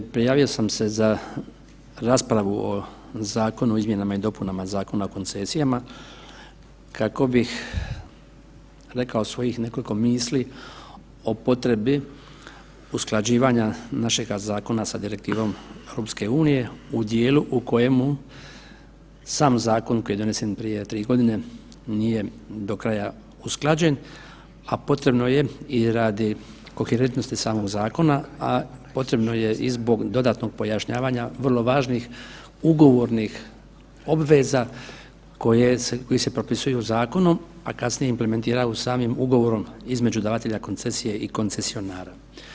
Prijavio sam se za raspravu o Zakonu o izmjenama i dopunama Zakona o koncesijama kako bih rekao svojih nekoliko misli o potrebi usklađivanja našega zakona sa direktivom EU u dijelu u kojemu sam zakon koji je donesen prije tri godine nije do kraja usklađen, a potrebno je i radi koherentnosti samoga zakona, a potrebno je i zbog dodatnog pojašnjavanja vrlo važnih ugovornih obveza koji se propisuju zakonom, a kasnije implementiraju samim ugovorom između davatelja koncesije i koncesionara.